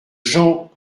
jean